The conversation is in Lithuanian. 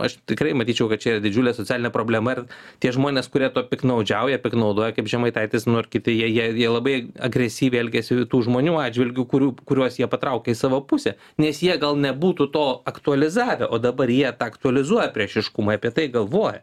aš tikrai matyčiau kad čia didžiulė socialinė problema ir tie žmonės kurie tuo piktnaudžiauja naudoja kaip žemaitaitis nu ir kiti jie jie jie labai agresyviai elgiasi tų žmonių atžvilgiu kurių kuriuos jie patraukia į savo pusę nes jie gal nebūtų to aktualizavę o dabar jie tą aktualizuoja priešiškumą apie tai galvoja